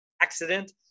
accident